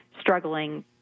struggling